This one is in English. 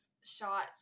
shots